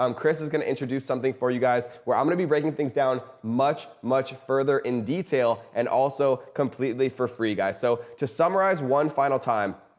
um kris is going to introduce something for you guys where i'm going to be breaking things down much much further in detail and also completely for free guys. so, to summarize one final time.